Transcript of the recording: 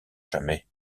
jamais